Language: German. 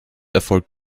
erfolgt